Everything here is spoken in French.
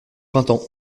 printemps